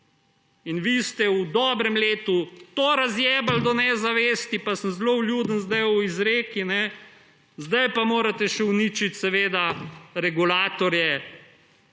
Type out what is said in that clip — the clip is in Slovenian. In vi ste v dobrem letu to razjebali do nezavesti – pa sem zelo vljuden zdaj v izreki – zdaj pa morate uničiti še regulatorje,